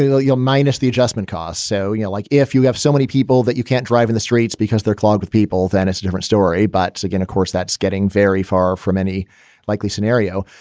you'll you'll minus the adjustment costs. so, you know, like if you have so many people that you can't drive in the streets because they're clogged with people, then it's a different story. but again, of course, that's getting very far from any likely scenario.